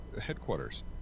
headquarters